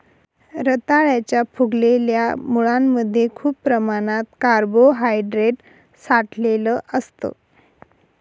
रताळ्याच्या फुगलेल्या मुळांमध्ये खूप प्रमाणात कार्बोहायड्रेट साठलेलं असतं